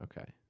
Okay